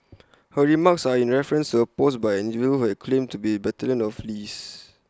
her remarks are in reference to A post by an individual who claimed to be battalion mate of Lee's